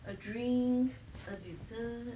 a drink a dessert